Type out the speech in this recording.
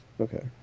Okay